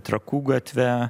trakų gatve